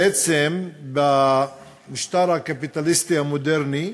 בעצם במשטר הקפיטליסטי המודרני,